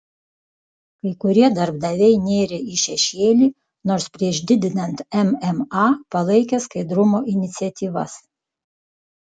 kai kurie darbdaviai nėrė į šešėlį nors prieš didinant mma palaikė skaidrumo iniciatyvas